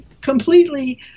completely